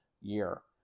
year